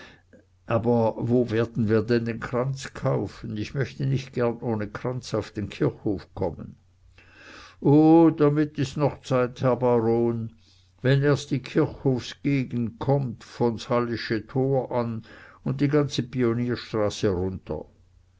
aber wo werden wir denn den kranz kaufen ich möchte nicht gern ohne kranz auf den kirchhof kommen o damit is noch zeit herr baron wenn erst die kirchhofsgegend kommt von s hallsche tor an un die ganze pionierstraße runter